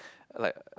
like